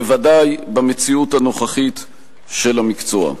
בוודאי במציאות הנוכחית של המקצוע.